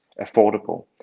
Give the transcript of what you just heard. affordable